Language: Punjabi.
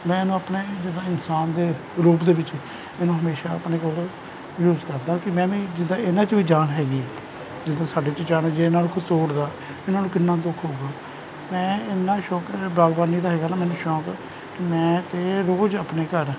ਮੈਂ ਇਹਨੂੰ ਆਪਣੇ ਜਿੱਦਾਂ ਇਨਸਾਨ ਦੇ ਰੂਪ ਦੇ ਵਿੱਚ ਇਹਨੂੰ ਹਮੇਸ਼ਾ ਆਪਣੇ ਕੋਲ ਯੂਜ ਕਰਦਾ ਕਿ ਮੈਂ ਵੀ ਜਿੱਦਾਂ ਇਹਨਾਂ ਚ ਵੀ ਜਾਨ ਹੈਗੀ ਜਦੋਂ ਸਾਡੇ 'ਚ ਜਾਣ ਹੈਗੀ ਇਹਨਾਂ ਨੂੰ ਕੋਈ ਤੋੜਦਾ ਇਹਨਾਂ ਨੂੰ ਕਿੰਨਾ ਦੁੱਖ ਹੋਊਗਾ ਮੈਂ ਇੰਨਾ ਸ਼ੋਂਕ ਹੈ ਬਾਗਬਾਨੀ ਦਾ ਹੈਗਾ ਨਾ ਮੈਨੂੰ ਸ਼ੌਂਕ ਕਿ ਮੈਂ ਤਾਂ ਰੋਜ਼ ਆਪਣੇ ਘਰ